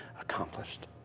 accomplished